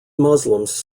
muslims